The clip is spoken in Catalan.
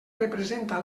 representa